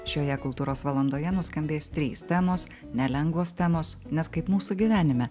šioje kultūros valandoje nuskambės trys temos nelengvos temos net kaip mūsų gyvenime